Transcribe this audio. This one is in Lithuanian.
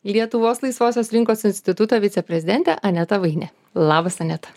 lietuvos laisvosios rinkos instituto viceprezidentė aneta vainė labas aneta